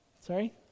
Sorry